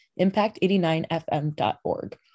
impact89fm.org